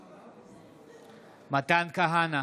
נגד מתן כהנא,